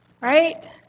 right